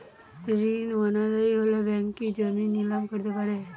ঋণ অনাদায়ি হলে ব্যাঙ্ক কি জমি নিলাম করতে পারে?